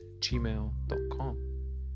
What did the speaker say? gmail.com